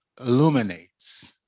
illuminates